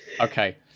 Okay